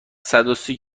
صدوسی